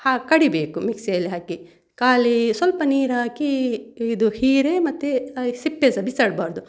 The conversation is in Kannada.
ಹಾಕಿ ಕಡಿಬೇಕು ಮಿಕ್ಸಿಯಲ್ಲಿ ಹಾಕಿ ಖಾಲಿ ಸ್ವಲ್ಪ ನೀರು ಹಾಕಿ ಇದು ಹೀರೆ ಮತ್ತೆ ಅದರ ಸಿಪ್ಪೆ ಸಹ ಬಿಸಾಡಬಾರ್ದು